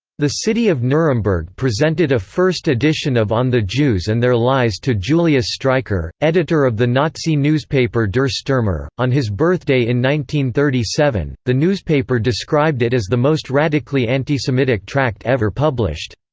the city of nuremberg presented a first edition of on the jews and their lies to julius streicher, editor of the nazi newspaper der sturmer, on his birthday in one thirty seven the newspaper described it as the most radically anti-semitic tract ever published.